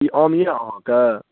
ई आम यऽ अहाँकऽ